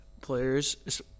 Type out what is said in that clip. players